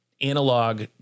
analog